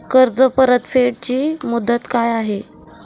कर्ज परतफेड ची मुदत काय आहे?